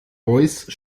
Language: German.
voice